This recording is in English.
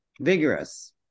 vigorous